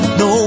no